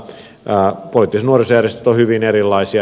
poliittiset nuorisojärjestöt ovat hyvin erilaisia